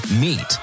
meet